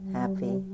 happy